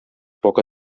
poca